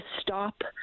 stop